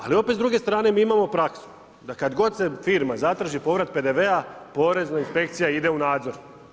Ali, opet s druge strane mi imamo praksu, da kada god se firma zatraži, povrat PDV-a, porezna inspekcija ide u nadzor.